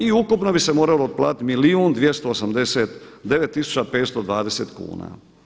I ukupno bi se moralo otplatiti milijun i 289 tisuća 520 kuna.